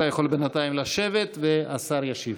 אתה יוכל בינתיים לשבת, והשר ישיב.